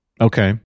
Okay